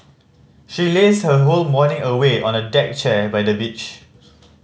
she lazed her whole morning away on a deck chair by the beach